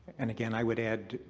and again i would add,